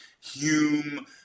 Hume